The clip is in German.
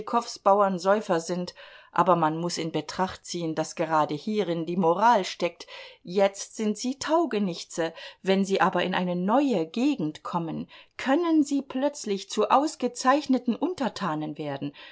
bauern säufer sind aber man muß in betracht ziehen daß gerade hierin die moral steckt jetzt sind sie taugenichtse wenn sie aber in eine neue gegend kommen können sie plötzlich zu ausgezeichneten untertanen werden